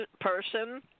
person